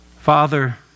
Father